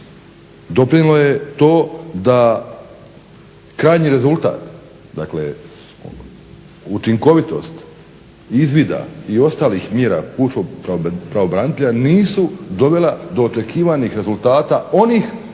Doprinijelo je to da krajnji rezultat, dakle učinkovitost izvida i ostalih mjera pučkog pravobranitelja nisu dovela do očekivanih rezultata onih koji